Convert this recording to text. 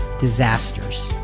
disasters